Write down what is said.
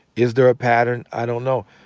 is there a pattern? i don't know.